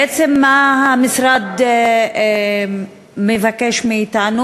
בעצם, מה המשרד מבקש מאתנו?